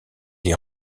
les